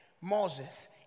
Moses